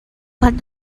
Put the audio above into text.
but